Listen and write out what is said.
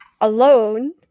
alone